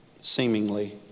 seemingly